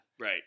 Right